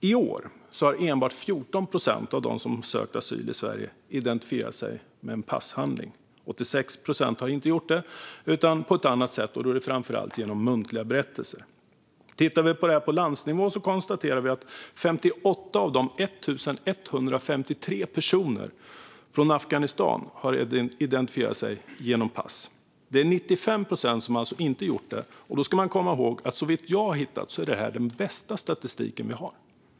I år har enbart 14 procent av dem som sökt asyl i Sverige identifierat sig med en passhandling; 86 procent har gjort på annat sätt, framför allt genom muntlig berättelse. På landsnivå konstaterar vi att 58 av 1 153 personer från Afghanistan har identifierat sig med pass. Det är alltså 95 procent som inte har gjort det. Såvitt jag känner till är detta den bästa statistik vi har.